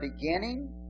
beginning